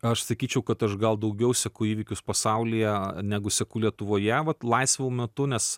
aš sakyčiau kad aš gal daugiau seku įvykius pasaulyje negu seku lietuvoje vat laisvu metu nes